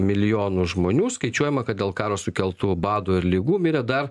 milijonų žmonių skaičiuojama kad dėl karo sukeltų bado ir ligų mirė dar